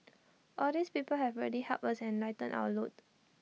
all these people have really helped us and lightened our load